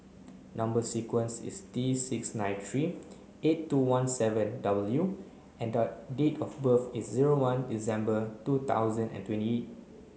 number sequence is T six nine three eight two one seven W and date of birth is zero one December two thousand and twenty eight